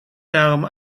daarom